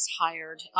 hired